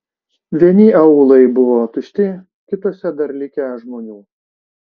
vieni aūlai buvo tušti kituose dar likę žmonių